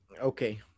okay